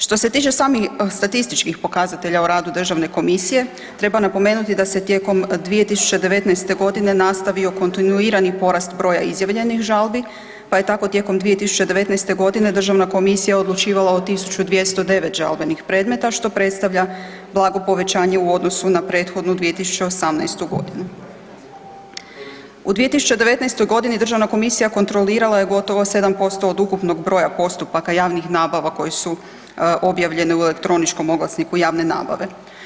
Što se tiče samim statističkih pokazatelja o radu državne komisije treba napomenuti da se tijekom 2019.g. nastavio kontinuirani porast broja izjavljenih žalbi, pa je tako tijekom 2019.g. državna komisija odlučivala o 1209 žalbenih predmeta, što predstavlja blago povećanje u odnosu na prethodnu 2018.g. U 2019.g. državna komisija kontrolirala je gotovo 7% od ukupnog broja postupaka javnih nabava koje su objavljene u elektroničkom oglasniku javne nabave.